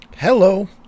Hello